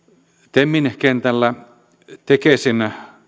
temin kentällä tekesin